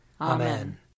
Amen